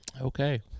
Okay